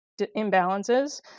imbalances